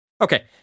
Okay